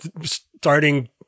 starting